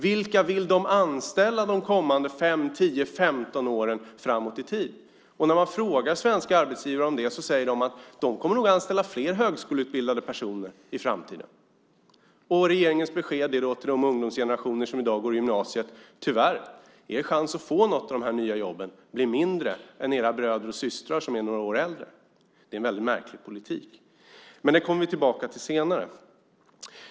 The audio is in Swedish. Vilka vill de anställa under de kommande fem, tio eller femton åren? När man frågar svenska arbetsgivare om det säger de att de nog kommer att anställa fler högskoleutbildade personer i framtiden. Regeringens besked till den ungdomsgeneration som i dag går på gymnasiet är: Tyvärr, chansen för er att få något av dessa nya jobb blir mindre än vad den är för era bröder och systrar som är några år äldre. Detta är en väldigt märklig politik. Men det kommer vi tillbaka till senare.